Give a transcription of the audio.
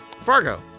Fargo